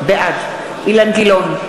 בעד אילן גילאון,